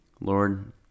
Lord